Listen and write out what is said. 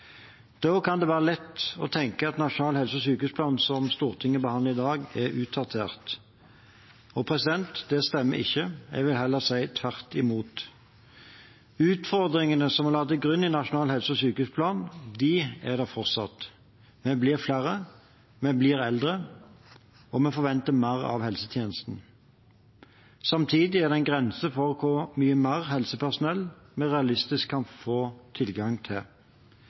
kan det være lett å tenke at Nasjonal helse- og sykehusplan, som Stortinget behandler i dag, er utdatert. Det stemmer ikke. Jeg vil heller si tvert imot. Utfordringene som vi la til grunn i Nasjonal helse- og sykehusplan, er der fortsatt. Vi blir flere, vi blir eldre, og vi forventer mer av helsetjenesten. Samtidig er det en grense for hvor mye mer helsepersonell vi realistisk kan få tilgang til.